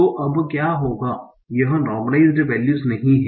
तो अब क्या होगा यह नार्मलाइस्ड वैल्यूस नहीं है